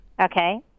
Okay